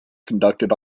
conducted